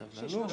סבלנות.